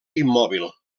immòbil